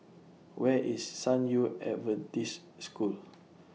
Where IS San Yu Adventist School